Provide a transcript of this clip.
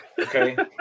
Okay